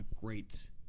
Great